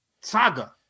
saga